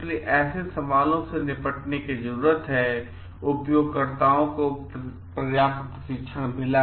इसलिए ऐसे सवालों से निपटने की जरूरत है उपयोगकर्ताओं को पर्याप्त प्रशिक्षण मिला